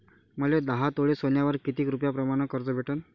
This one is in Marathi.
मले दहा तोळे सोन्यावर कितीक रुपया प्रमाण कर्ज भेटन?